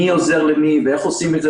מי עוזר למי ואיך עושים את זה.